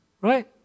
right